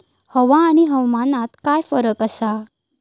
हवा आणि हवामानात काय फरक असा?